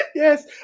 Yes